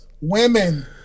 women